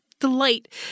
delight